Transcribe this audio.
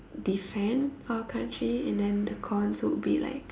defend our country and then the cons would be like